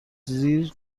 زیر